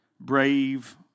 brave